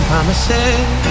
Promises